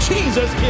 Jesus